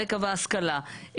הרקע וההשכלה,